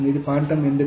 ఇది ఫాంటమ్ ఎందుకు